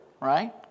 right